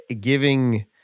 giving